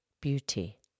Beauty